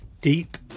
deep